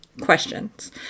questions